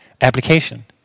application